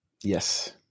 Yes